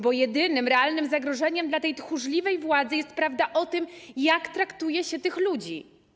Bo jedynym realnym zagrożeniem dla tej tchórzliwej władzy jest prawda o tym, jak traktuje się tych ludzi.